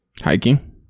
Hiking